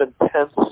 intense